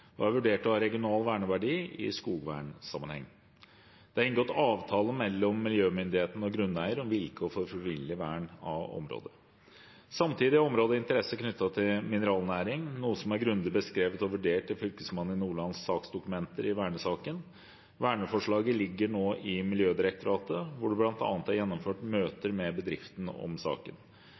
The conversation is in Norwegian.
og er vurdert til å ha regional verneverdi i skogvernsammenheng. Det er inngått avtale mellom miljømyndighetene og grunneier om vilkår for frivillig vern av området. Samtidig har området interesse knyttet til mineralnæring, noe som er grundig beskrevet og vurdert i Fylkesmannen i Nordlands saksdokumenter i vernesaken. Verneforslaget ligger nå i Miljødirektoratet, hvor det bl.a. er gjennomført møter med bedriften om saken.